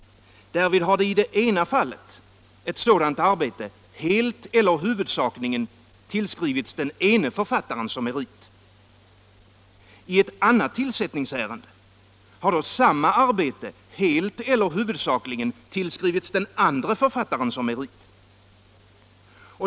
Därvid har i det ena fallet ett sådant arbete helt eller huvudsakligen tillskrivits den ene författaren som merit. I ett annat tillsättningsärende har sedan samma arbete helt eller huvudsakligen tillskrivits den andre författaren som merit.